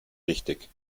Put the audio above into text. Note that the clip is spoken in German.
richtig